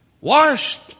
washed